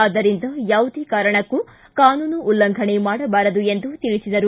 ಆದ್ದರಿಂದ ಯಾವುದೇ ಕಾರಣಕ್ಕೂ ಕಾನೂನು ಉಲ್ಲಂಘನೆ ಮಾಡಬಾರದು ಎಂದು ತಿಳಿಸಿದರು